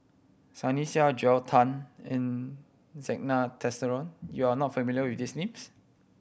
Sunny Sia Joel Tan and Zena Tessensohn you are not familiar with these names